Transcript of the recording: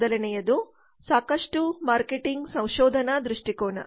ಮೊದಲನೆಯದು ಸಾಕಷ್ಟು ಮಾರ್ಕೆಟಿಂಗ್ ಸಂಶೋಧನಾ ದೃಷ್ಟಿಕೋನ